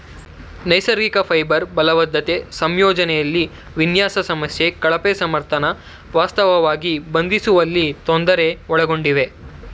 ನೈಸರ್ಗಿಕ ಫೈಬರ್ ಬಲವರ್ಧಿತ ಸಂಯೋಜನೆಲಿ ವಿನ್ಯಾಸ ಸಮಸ್ಯೆ ಕಳಪೆ ಸಾಮರ್ಥ್ಯನ ವಾಸ್ತವವಾಗಿ ಬಂಧಿಸುವಲ್ಲಿ ತೊಂದರೆ ಒಳಗೊಂಡಿವೆ